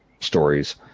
stories